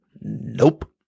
Nope